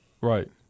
Right